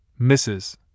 Mrs